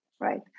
right